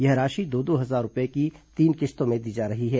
यह राशि दो दो हजार रूपये की तीन किश्तों में दी जा रही है